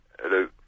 Hello